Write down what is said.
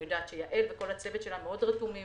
אני יודעת שיעל וכל הצוות שלה מאוד רתומים